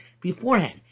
beforehand